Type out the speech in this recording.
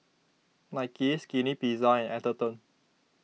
Nike Skinny Pizza and Atherton